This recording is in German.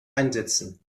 einsetzen